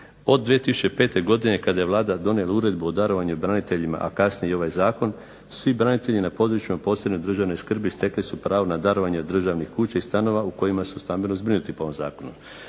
od 2005. godine kada je Vlada donijela uredbu o darovanju i braniteljima, a kasnije i ovaj zakon, svi branitelji na područjima posebne državne skrbi stekli su pravo na darovanje državnih kuća i stanova u kojima su stambeno zbrinuti po ovom zakonu.